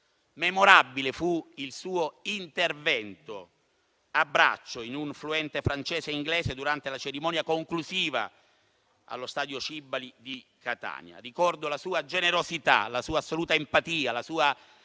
Memorabile fu il suo intervento a braccio in un fluente francese e inglese durante la cerimonia conclusiva allo stadio Cibali di Catania. Ricordo la sua generosità, la sua assoluta empatia, la sua